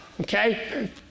Okay